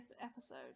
episode